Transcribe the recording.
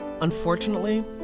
Unfortunately